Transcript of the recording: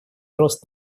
рост